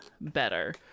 Better